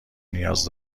نیاز